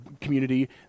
community